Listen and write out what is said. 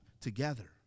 together